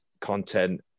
content